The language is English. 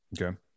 Okay